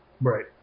right